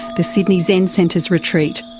the sydney zen centre's retreat.